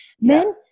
Men